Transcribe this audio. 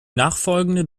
nachfolgende